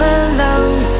alone